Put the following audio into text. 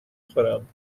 خورم